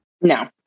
No